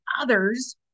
others